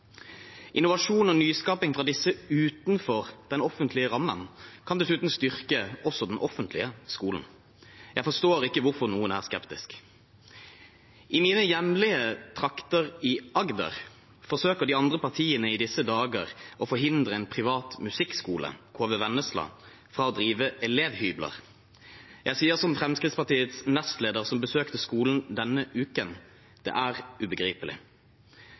Innovasjon og nyskaping fra disse utenfor den offentlige rammen kan dessuten styrke også den offentlige skolen. Jeg forstår ikke hvorfor noen er skeptiske. I mine hjemlige trakter i Agder forsøker de andre partiene i disse dager å forhindre en privat musikkskole, KV Vennesla, fra å drive elevhybler. Jeg sier som Fremskrittspartiets nestleder, som besøkte skolen denne uken: Det er ubegripelig.